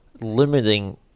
Limiting